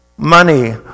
money